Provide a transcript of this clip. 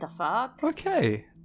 Okay